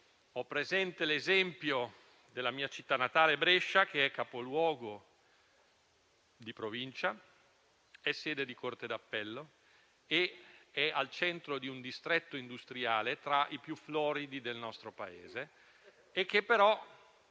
ho presente l'esempio della mia città natale, Brescia, che è capoluogo di Provincia, sede di corte d'appello, al centro di un distretto industriale tra i più floridi del nostro Paese e che però,